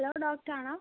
hello doctor ആണോ